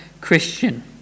Christian